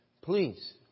please